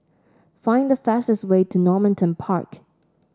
find the fastest way to Normanton Park